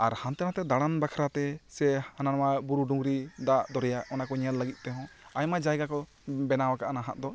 ᱟᱨ ᱦᱟᱱᱛᱮ ᱱᱷᱟᱛᱮ ᱫᱟᱬᱟᱱ ᱵᱟᱠᱷᱨᱟ ᱛᱮ ᱥᱮ ᱦᱟᱱᱟ ᱱᱟᱣᱟᱸ ᱵᱩᱨᱩ ᱰᱩᱝᱨᱤ ᱫᱟᱜ ᱫᱚᱨᱭᱟ ᱚᱱᱟ ᱠᱚ ᱧᱮᱞ ᱞᱟᱹᱜᱤᱫ ᱛᱮᱦᱚᱸ ᱟᱭᱢᱟ ᱡᱟᱭᱜᱟ ᱠᱚ ᱵᱮᱱᱟᱣ ᱟᱠᱟᱫᱼᱟ ᱱᱟᱦᱟᱜ ᱫᱚ